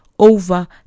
Over